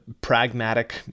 pragmatic